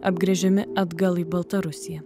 apgręžiami atgal į baltarusiją